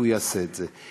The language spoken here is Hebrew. הוא יעשה את זה,